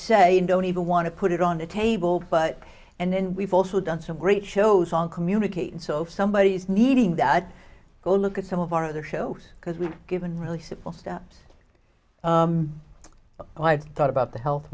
say don't even want to put it on the table but and we've also done some great shows all communicate and so if somebody is needing that go look at some of our other shows because we've given really simple steps oh i've thought about the health